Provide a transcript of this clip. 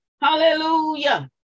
Hallelujah